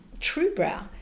Truebrow